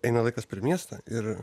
eina laikas per miestą ir